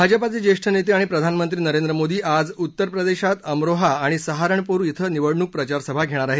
भाजपाचे ज्येष्ठ नेते आणि प्रधानमंत्री नरेंद्र मोदी आज उत्तर प्रदेशात अमरोहा आणि सहारणपूर डों निवडणूक प्रचार सभा घेणार आहेत